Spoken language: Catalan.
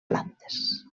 plantes